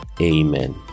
Amen